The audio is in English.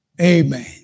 Amen